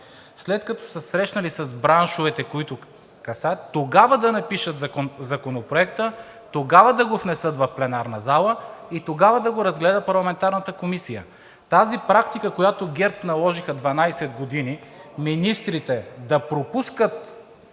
след като са се срещнали с браншовете, които касаят, за да напишат законопроекта и да го внесат в пленарната зала, и тогава да го разгледа парламентарната комисия. Тази практика, която ГЕРБ наложиха за 12 години – министрите да пропускат